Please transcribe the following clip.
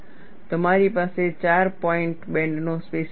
તમારી પાસે ચાર પોઈન્ટ બેન્ડનો સ્પેસીમેન છે